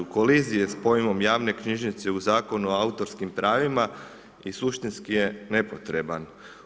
U koliziji je sa pojmom javne knjižnice u Zakonu o autorskim pravima i suštinski je nepotreban.